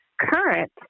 current